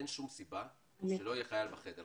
אין שום סיבה שלא יהיה חייל אחד בחדר.